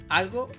algo